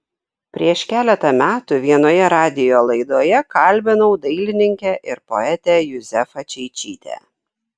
prieš keletą metų vienoje radijo laidoje kalbinau dailininkę ir poetę juzefą čeičytę